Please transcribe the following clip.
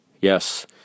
Yes